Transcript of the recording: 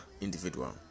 individual